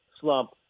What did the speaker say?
slump